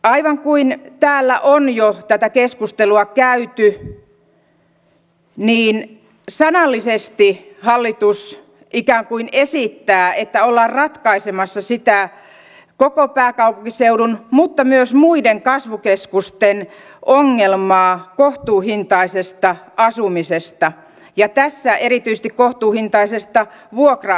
aivan kuin täällä on jo tätä keskustelua käyty niin sanallisesti hallitus ikään kuin esittää että ollaan ratkaisemassa sitä koko pääkaupunkiseudun mutta myös muiden kasvukeskusten ongelmaa kohtuuhintaisesta asumisesta ja tässä erityisesti kohtuuhintaisesta vuokra asumisesta